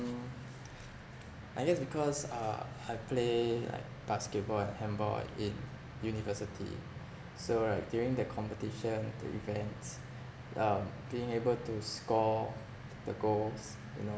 I guess because uh I play like basketball and handball in university so right during the competition the events um being able to score the goals you know